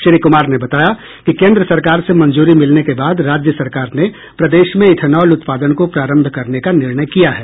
श्री कुमार ने बताया कि कोन्द्र सरकार से मंजूरी मिलने के बाद राज्य सरकार ने प्रदेश में इथनॉल उत्पादन को प्रारंभ करने का निर्णय किया है